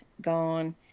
gone